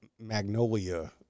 Magnolia